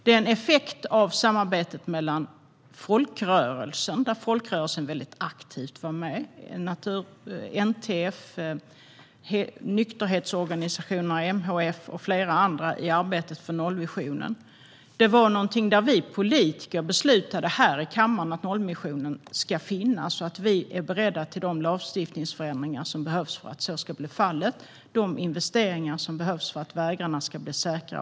Det är också en effekt av ett samarbete där folkrörelsen aktivt har varit med. NTF, nykterhetsorganisationerna, MHF och flera andra har deltagit i arbetet för nollvisionen. Vi politiker har här i kammaren beslutat att nollvisionen ska finnas och att vi är beredda att göra de lagstiftningsförändringar som behövs för att den ska bli verklighet och att göra de investeringar som behövs för att vägarna ska bli säkra.